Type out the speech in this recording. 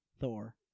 Thor